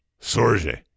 sorge